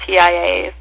TIAs